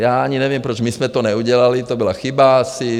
Já ani nevím, proč my jsme to neudělali, to byla chyba asi.